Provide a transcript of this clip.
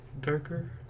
darker